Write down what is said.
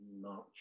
March